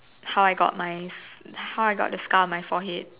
how I got my how I got the scar on my forehead